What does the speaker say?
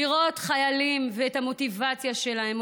לראות חיילים ואת המוטיבציה שלהם,